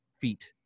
feet